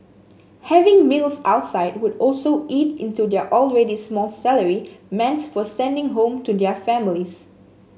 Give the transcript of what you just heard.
having meals outside would also eat into their already small salary meant for sending home to their families